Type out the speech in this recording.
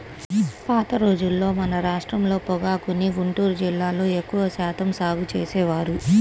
పాత రోజుల్లో మన రాష్ట్రంలో పొగాకుని గుంటూరు జిల్లాలో ఎక్కువ శాతం సాగు చేసేవారు